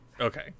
Okay